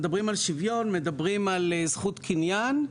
מדברים על שוויון, מדברים על זכות קניין,